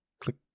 click